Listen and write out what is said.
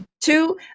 Two